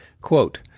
Quote